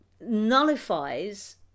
nullifies